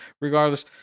regardless